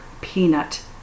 peanut